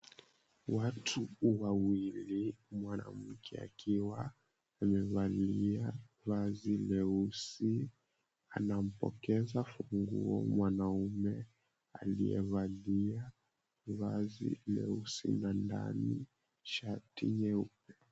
Watu wawili, mwanamke akiwa amevalia vazi nyeusi anampokeza funguo mwanaume aliyevalia vazi nyeusi na ndani shati nyeupe.